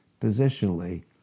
positionally